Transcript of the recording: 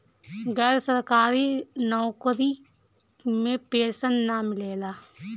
गैर सरकारी नउकरी में पेंशन ना मिलेला